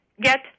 get